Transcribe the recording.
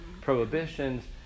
prohibitions